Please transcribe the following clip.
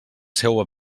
seua